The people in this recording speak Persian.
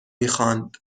میخواند